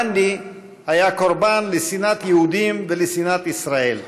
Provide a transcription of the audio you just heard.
גנדי היה קורבן לשנאת יהודים ולשנאת ישראל,